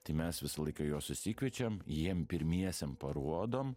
tai mes visą laiką juos susikviečiam jiem pirmiesiem parodom